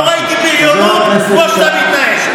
לא ראיתי בריונות כמו שאתה מתנהג.